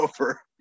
over